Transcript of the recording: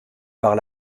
par